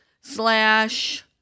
slash